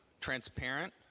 Transparent